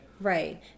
Right